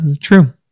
true